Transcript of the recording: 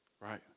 right